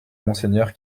monseigneur